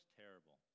terrible